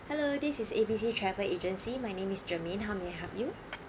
hello this is A_B_C travel agency my name is germaine how may I help you